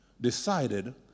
decided